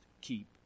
keep